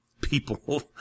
people